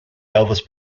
elvis